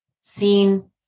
seen